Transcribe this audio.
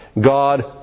God